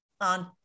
on